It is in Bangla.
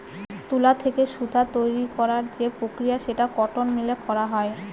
তুলা থেকে সুতা তৈরী করার যে প্রক্রিয়া সেটা কটন মিলে করা হয়